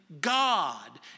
God